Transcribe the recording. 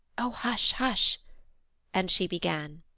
oh hush, hush and she began.